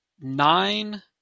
nine